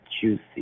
juicy